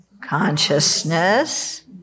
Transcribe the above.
Consciousness